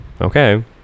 okay